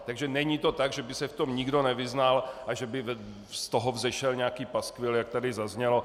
Takže není to tak, že by se v tom nikdo nevyznal a že by z toho vzešel nějaký paskvil, jak tady zaznělo.